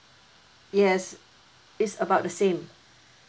yes it's about the same